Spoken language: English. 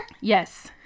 yes